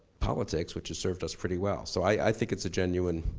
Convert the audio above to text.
politics which has served us pretty well. so i think it's a genuine,